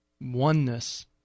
oneness